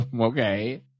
okay